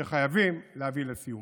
שחייבים להביא לסיומה.